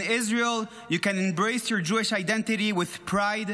In Israel you can embrace your Jewish identity with pride,